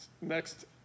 Next